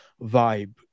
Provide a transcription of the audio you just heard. vibe